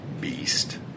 Beast